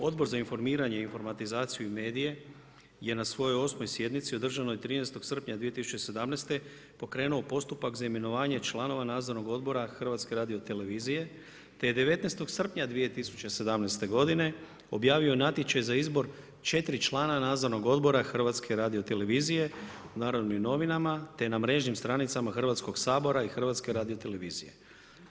Odbor za informiranje, informatizaciju i medije je na svojoj 8. sjednici održanoj 13. srpnja 2017. pokrenuo postupak za imenovanje članova Nadzornog odbora HRT-a te je 19. srpnja 2017. godine objavio natječaj za izbor četiri člana Nadzornog odbora HRT-a u Narodnim novinama te na mrežnim stranicama Hrvatskog sabora i HRT-a.